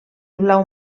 blau